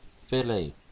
Philly